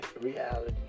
reality